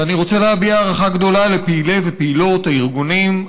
ואני רוצה להביע הערכה גדולה לפעילים ולפעילות של הארגונים,